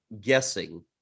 guessing